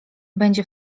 będzie